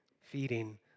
feeding